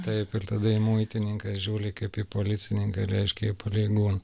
taip ir tada į muitininką žiūri kaip į policininką reiškia į pareigūn